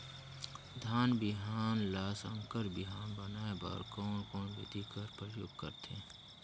धान बिहान ल संकर बिहान बनाय बर कोन कोन बिधी कर प्रयोग करथे?